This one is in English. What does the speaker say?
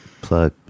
Plug